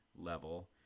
level